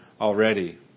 already